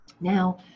Now